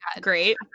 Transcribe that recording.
great